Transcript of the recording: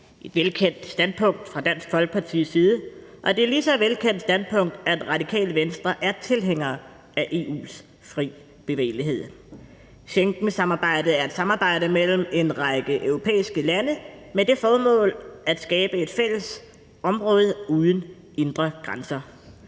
et velkendt standpunkt fra Dansk Folkepartis side, og det er et lige så velkendt standpunkt, at Radikale Venstre er tilhænger af EU's fri bevægelighed. Schengensamarbejdet er et samarbejde mellem en række europæiske lande med det formål at skabe et fælles område uden indre grænser.